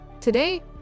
Today